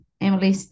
Emily